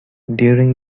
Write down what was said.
during